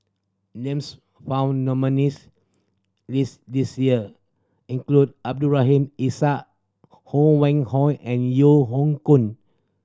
names found in nominees' list this year include Abdul Rahim Ishak Ho Wan Hong and Yeo Hoe Koon